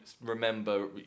remember